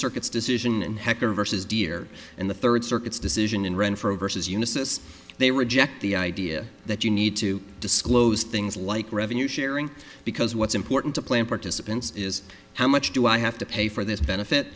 circuits decision in hecker versus deer and the third circuit's decision in renfro versus unisys they reject the idea that you need to disclose things like revenue sharing because what's important to plan participants is how much do i have to pay for this benefit